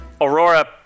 Aurora